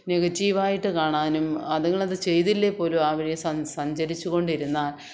നെഗറ്റീവായിട്ട് കാണാനും അതുങ്ങൾ അത് ചെയ്തില്ലെങ്കിൽ പോലും ആ വഴിയെ സഞ്ചരിച്ചു കൊണ്ടിരുന്നാൽ